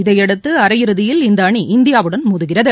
இதையடுத்து அரையிறுதியில் இந்த அணி இந்தியாவுடன் மோதுகிறது